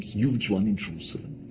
huge one in jerusalem.